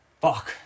fuck